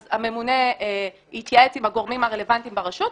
אז הממונה התייעץ עם הגורמים הרלבנטיים ברשות,